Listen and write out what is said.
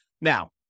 Now